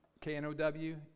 K-N-O-W